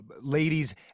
ladies